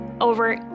over